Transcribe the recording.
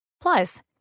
Plus